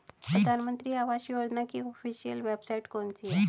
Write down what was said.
प्रधानमंत्री आवास योजना की ऑफिशियल वेबसाइट कौन सी है?